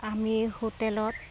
আমি হোটেলত